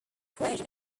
croatian